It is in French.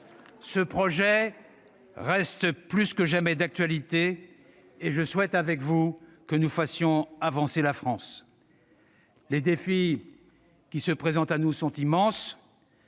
Ce projet demeure plus que jamais d'actualité, et je souhaite, avec vous, que nous fassions avancer la France. « Les défis qui se présentent à nous sont immenses,